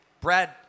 Brad